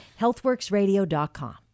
healthworksradio.com